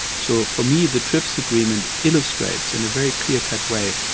so for me, the trips agreement illustrates in a very clear-cut way,